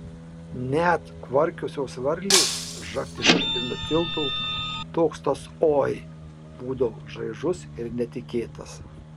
net kvarkusios varlės žagtelėdavo ir nutildavo toks tas oi būdavo šaižus ir netikėtas